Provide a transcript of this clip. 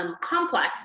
complex